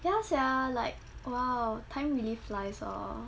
ya sia like !wow! time really flies hor